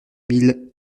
mille